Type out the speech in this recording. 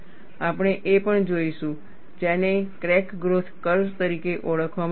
આપણે એ પણ જોઈશું જેને ક્રેક ગ્રોથ કર્વ્સ તરીકે ઓળખવામાં આવે છે